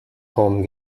home